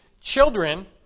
children